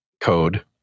code